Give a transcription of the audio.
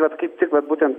vat kaip tik vat būten